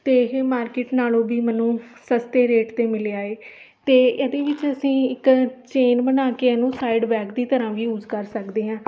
ਅਤੇ ਇਹ ਮਾਰਕਿਟ ਨਾਲੋਂ ਵੀ ਮੈਨੂੰ ਸਸਤੇ ਰੇਟ 'ਤੇ ਮਿਲਿਆ ਏ ਅਤੇ ਇਹਦੇ ਵਿੱਚ ਅਸੀਂ ਇੱਕ ਚੇਨ ਬਣਾ ਕੇ ਇਹਨੂੰ ਸਾਈਡ ਬੈਗ ਦੀ ਤਰ੍ਹਾਂ ਵੀ ਯੂਜ ਕਰ ਸਕਦੇ ਹਾਂ